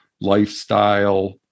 lifestyle